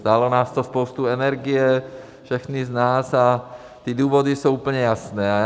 Stálo nás to spoustu energie, všechny z nás, a ty důvody jsou úplně jasné.